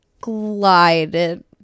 glided